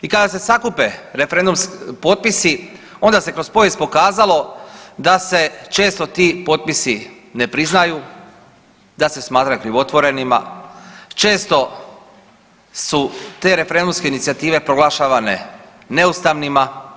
I kada se sakupe potpisi onda se kroz povijest pokazalo da se često ti potpisi ne priznaju, da se smatra krivotvorenima, često su te referendumske inicijative proglašavane neustavnima.